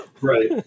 right